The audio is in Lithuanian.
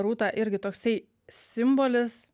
rūta irgi toksai simbolis